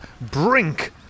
brink